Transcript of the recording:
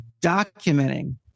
documenting